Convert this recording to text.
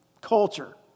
culture